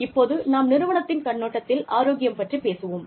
இப்போது நாம் நிறுவனத்தின் கண்ணோட்டத்தில் ஆரோக்கியம் பற்றிப் பேசுவோம்